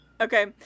Okay